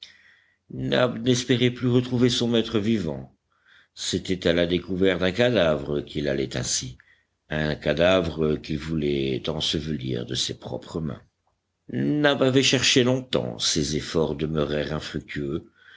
n'espérait plus retrouver son maître vivant c'était à la découverte d'un cadavre qu'il allait ainsi un cadavre qu'il voulait ensevelir de ses propres mains nab avait cherché longtemps ses efforts demeurèrent infructueux